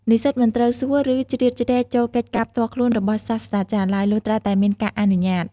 និស្សិតមិនត្រូវសួរ ឬជ្រៀតជ្រែកចូលកិច្ចការផ្ទាល់ខ្លួនរបស់សាស្រ្តាចារ្យឡើយ លុះត្រាតែមានការអនុញ្ញាត។